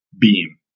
beam